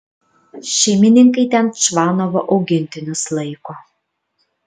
šeimininkai ten čvanovo augintinius laiko